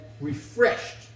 refreshed